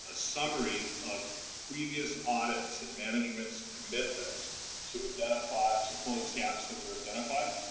ah summary of previous audits and management's commitment to identify. to close gaps that were identified.